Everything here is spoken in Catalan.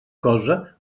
cosa